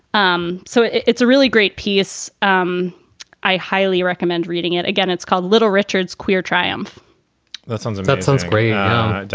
um so it's a really great piece. um i highly recommend reading it. again, it's called little richard's queer triumph that sounds that sounds great. yeah,